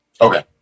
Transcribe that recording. Okay